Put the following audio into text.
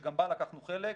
שגם בה לקחנו חלק,